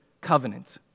covenant